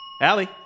Allie